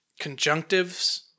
conjunctives